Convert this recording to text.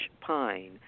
pine